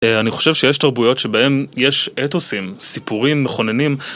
אני חושב שיש תרבויות שבהן יש אתוסים, סיפורים מכוננים.